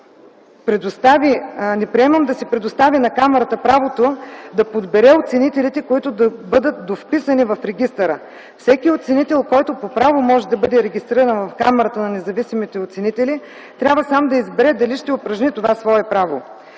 не приемам да се предостави на камарата правото да подбере оценителите, които да бъдат дописани в регистъра. Всеки оценител, който по право може да бъде регистриран в Камарата на независимите оценители, трябва сам да избере дали ще упражни това свое право.